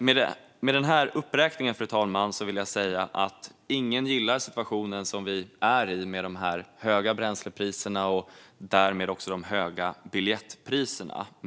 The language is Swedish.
Med den här uppräkningen, fru talman, vill jag säga att ingen gillar situationen som råder med de höga bränslepriserna och därmed de höga biljettpriserna.